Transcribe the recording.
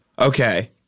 Okay